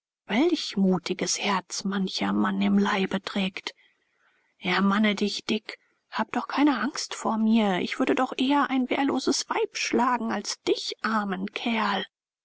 welch mutiges herz mancher mann im leibe trägt ermanne dich dick hab doch keine angst vor mir ich würde doch eher ein wehrloses weib schlagen als dich armen kerl